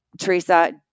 Teresa